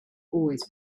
always